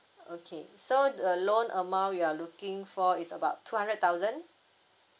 okay so uh loan amount you're looking for is about two hundred thousand